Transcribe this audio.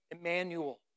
Emmanuel